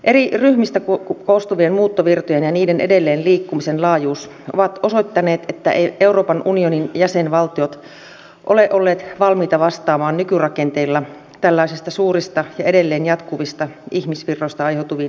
eri ryhmistä koostuvien muuttovirtojen ja niiden edelleen liikkumisen laajuus ovat osoittaneet että eivät euroopan unionin jäsenvaltiot ole olleet valmiita vastaamaan nykyrakenteilla tällaisista suurista ja edelleen jatkuvista ihmisvirroista aiheutuviin haasteisiin